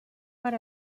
per